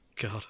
god